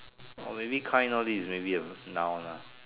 or maybe kind lor this is maybe a noun lah